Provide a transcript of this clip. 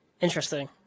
interesting